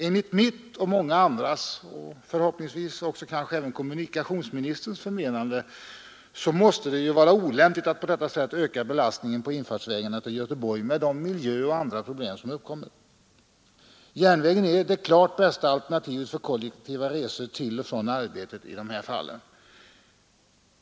Enligt mitt och många andras — förhoppningsvis även kommunikationsministerns — förmenande måste det vara olämpligt att på detta sätt öka belastningen på infartsvägarna till Göteborg med de miljöproblem och andra problem som uppkommer. Järnvägen är det klart bästa alternativet för kollektiva resor till och från arbetet i detta fall.